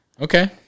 Okay